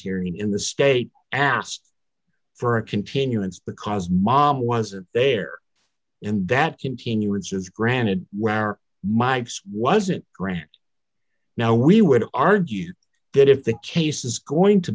hearing in the state asked for a continuance because mom wasn't there and that continuance is granted where mike's wasn't grant now we would argue that if the case is going to